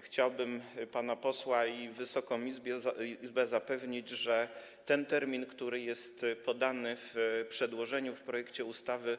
Chciałbym pana posła i Wysoką Izbę zapewnić, że ten termin, który jest podany w przedłożeniu, w projekcie ustawy,